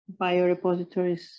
biorepositories